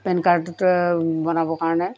PAN কাৰ্ডটোতো বনাবৰ কাৰণে